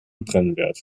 brennwert